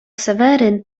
seweryn